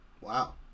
Wow